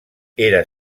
era